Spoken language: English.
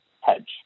hedge